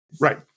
right